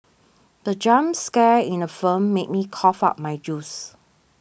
the jump scare in the film made me cough out my juice